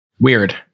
weird